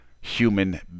human